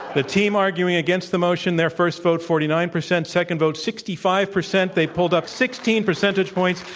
the team arguing against the motion, their first vote, forty nine percent. second vote, sixty five percent. they pulled up sixteen percentage points.